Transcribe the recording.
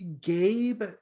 Gabe